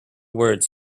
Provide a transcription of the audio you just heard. words